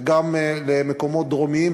וגם למקומות דרומיים.